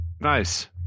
nice